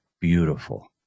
Beautiful